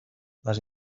les